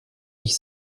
ich